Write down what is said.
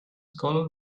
colored